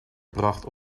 bracht